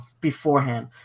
beforehand